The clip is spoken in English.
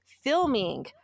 filming